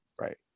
Right